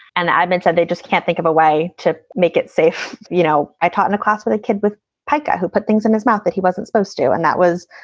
and i mean, they just can't think of a way to make it safe you know, i taught in a class with a kid with pica who put things in his mouth that he wasn't supposed to. and that was,